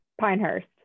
Pinehurst